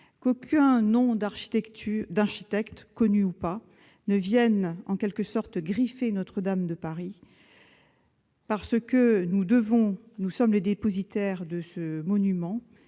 qu'aucun nom d'architecte, connu ou pas, ne vienne « griffer » Notre-Dame de Paris. Nous sommes les dépositaires de ce monument,